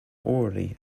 orally